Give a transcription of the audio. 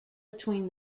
between